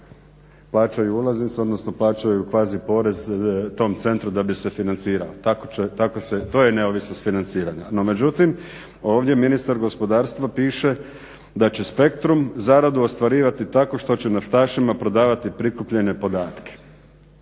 plaćaju ulaznicu odnosno pla ćaju kvazi porez tom centru da bi se financirao. To je neovisnost financiranja. No međutim, ovdje ministar gospodarstva piše da će Spektrum zaradu ostvarivati tako što će naftašima prodavati prikupljene podatke.